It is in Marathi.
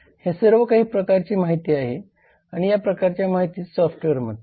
हे सर्व काही प्रकारची माहिती आहे आणि या प्रकारच्या माहितीस सॉफ्टवेअर म्हणतात